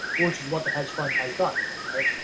which is what the hedge fund has done here, right,